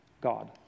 God